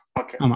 okay